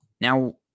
Now